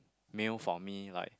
meal for me like